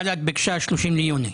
בל"ד ביקשה 30 ביוני.